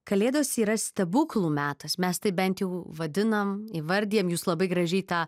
kalėdos yra stebuklų metas mes taip bent jau vadinam įvardijam jūs labai gražiai tą